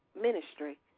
ministry